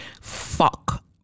fuck